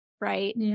right